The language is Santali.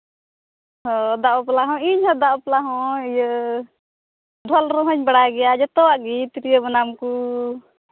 ᱦᱳᱭ ᱫᱟᱜ ᱵᱟᱯᱞᱟ ᱦᱚᱸ ᱤᱧ ᱦᱚᱸ ᱫᱟᱜ ᱵᱟᱯᱞᱟ ᱦᱚᱸ ᱤᱭᱟᱹ ᱰᱷᱚᱞ ᱨᱩ ᱦᱚᱧ ᱵᱟᱲᱟᱭ ᱜᱮᱭᱟ ᱡᱚᱛᱚᱣᱟᱜ ᱜᱮ ᱛᱤᱨᱭᱳ ᱵᱟᱱᱟᱢ ᱠᱚ